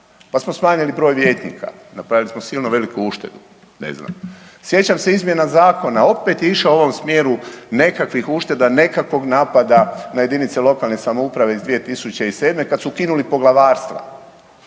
pa smo smanjili broj vijećnika, napravili smo silno veliku uštedu, ne znam. Sjećam se izmjena zakona, opet je išao u ovom smjeru nekakvih ušteda, nekakvog napada na jedinice lokalne samouprave iz 2007. kad su ukinuli poglavarstva,